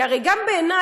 כי הרי גם בעיני,